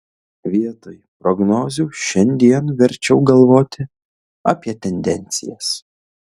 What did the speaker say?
vietoj prognozių šiandien verčiau galvoti apie tendencijas